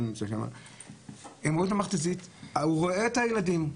הם ראו את המכת"זית, הוא רואה את הילדים,